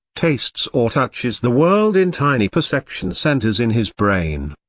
tastes or touches the world in tiny perception centers in his brain.